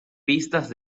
pistas